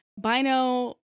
bino